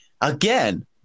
again